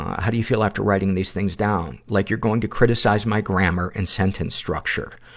how do you feel after writing these things down? like you're going to criticize my grammar and sentence structure.